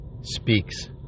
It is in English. speaks